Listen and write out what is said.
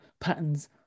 patterns